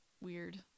weird